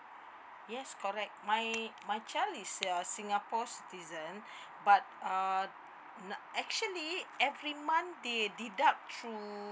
yes correct my my child is ya singapore citizen but uh actually every month they deduct through